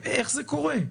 איך זה קורה?